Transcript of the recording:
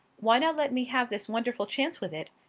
why not let me have this wonderful chance with it?